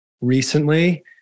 recently